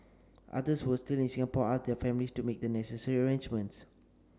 others who were still in Singapore asked their families to make the necessary arrangements